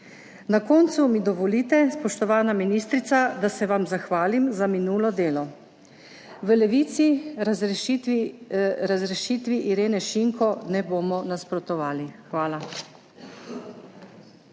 Na koncu mi dovolite, spoštovana ministrica, da se vam zahvalim za minulo delo. V Levici razrešitvi, razrešitvi Irene Šinko ne bomo nasprotovali. Hvala.